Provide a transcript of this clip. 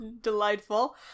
Delightful